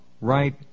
right